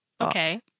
Okay